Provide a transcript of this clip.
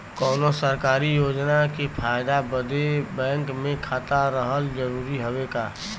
कौनो सरकारी योजना के फायदा बदे बैंक मे खाता रहल जरूरी हवे का?